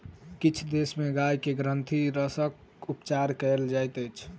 किछ देश में गाय के ग्रंथिरसक उपचार कयल जाइत अछि